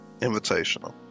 Invitational